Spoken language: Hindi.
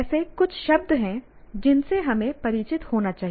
ऐसे कुछ शब्द हैं जिनसे हमें परिचित होना चाहिए